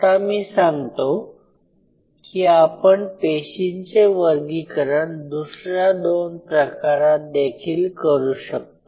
आता मी सांगतो की आपण पेशींचे वर्गीकरण दुसऱ्या दोन प्रकारात देखील करू शकतो